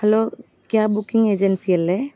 hello cab booking agency അല്ലേ